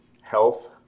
health